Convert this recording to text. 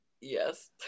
Yes